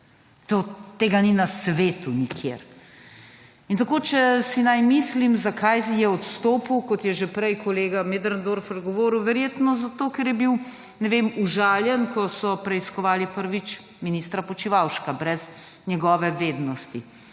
Tega ni na svetu nikjer. In če si naj mislim, zakaj je odstopil, kot je že prej kolega Möderndorfer govoril, verjetno zato ker je bil užaljen, ko so preiskovali prvič ministra Počivalška brez njegove vednosti.